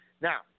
Now